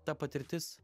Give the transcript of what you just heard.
ta patirtis